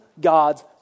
God's